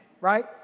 right